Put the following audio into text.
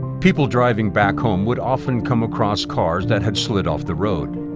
people driving back home would often come across cars that had slid off the road.